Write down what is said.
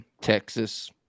Texas